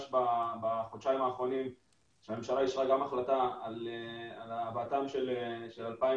בחודשיים האחרונים כאשר הממשלה אישרה החלטה על הבאתם של 2,000